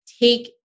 take